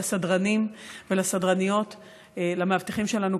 לסדרנים ולסדרניות ולמאבטחים שלנו,